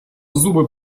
зуби